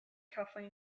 coughing